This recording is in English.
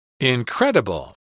Incredible